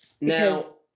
Now